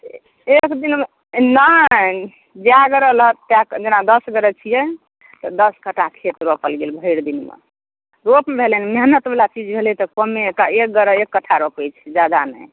एक दिनमे नहि जाइ गरे रहल ततेक कट्ठा जेना दश गरे छियै तऽ दश कट्ठा खेत रोपल गेल भरि दिनमे रोप भेलै ने मेहनतवला चीज भेलै तऽ कमे एक गरे एक कट्ठा रोपैत छै जादा नहि